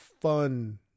fun